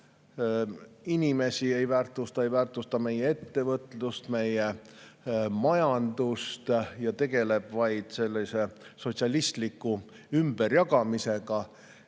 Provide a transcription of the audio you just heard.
inimesi ei väärtusta, ei väärtusta meie ettevõtlust, meie majandust ja tegeleb vaid sellise sotsialistliku ümberjagamisega.